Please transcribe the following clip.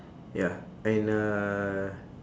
ya and uh